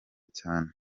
cyane